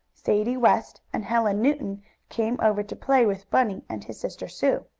sadie west and helen newton came over to play with bunny and his sister sue.